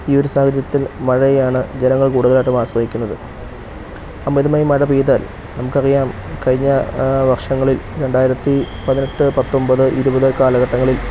ഈയൊരു സാഹചര്യത്തിൽ മഴയെ ആണ് ജനങ്ങൾ കൂടുതലായിട്ടും ആശ്രയിക്കുന്നത് അമിതമായി മഴ പെയ്താൽ നമുക്ക് അറിയാം കഴിഞ്ഞ ആ വർഷങ്ങളിൽ രണ്ടായിരത്തി പതിനെട്ട് പത്തൊൻപത് ഇരുപത് കാലഘട്ടങ്ങളിൽ